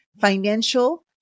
financial